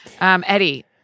Eddie